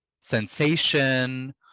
sensation